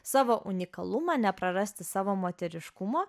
savo unikalumą neprarasti savo moteriškumo